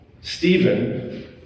Stephen